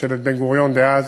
ממשלת בן-גוריון דאז,